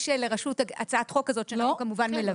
יש לרשות הצעת חוק כזאת, שאנחנו כמובן מלווים.